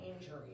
injury